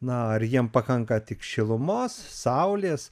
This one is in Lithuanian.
na ar jiem pakanka tik šilumos saulės